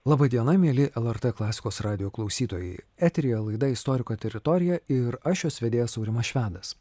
laba diena mieli lrt klasikos radijo klausytojai eteryje laida istoriko teritorija ir aš jos vedėjas aurimas švedas